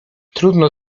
trudno